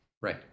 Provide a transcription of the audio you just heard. Right